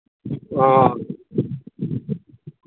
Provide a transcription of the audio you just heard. ꯑꯥ